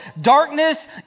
darkness